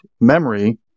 memory